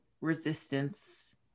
resistance